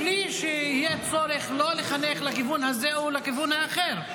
מבלי שיהיה צורך לחנך לכיוון הזה או לכיוון אחר.